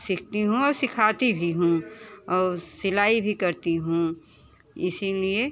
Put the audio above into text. सीखती हूँ और सिखाती भी हूँ और सिलाई भी करती हूँ इसीलिए